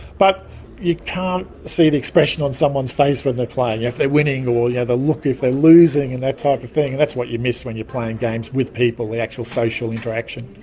but you can't see the expression on someone's face when they're playing, if they're winning, or yeah their look if they're losing and that type of thing. that's what you miss when you're playing games with people, the actual social interaction.